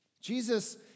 Jesus